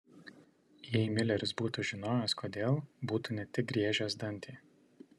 jei mileris būtų žinojęs kodėl būtų ne tik griežęs dantį